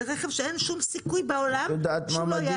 זה רכב שאין שום סיכוי בעולם שהוא לא יעשה תאונה.